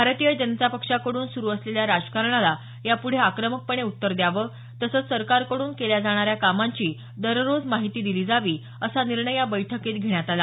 भारतीय जनता पक्षाकडून सुरु असलेल्या राजकारणाला यापुढे आक्रमकपणे उत्तर द्यावं तसंच सरकारकडून केल्या जाणाऱ्या कामांची दररोज माहिती दिली जावी असा निर्णय या बैठकीत घेण्यात आला